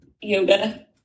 yoga